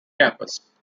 campus